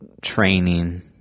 training